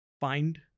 Find